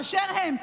באשר הם,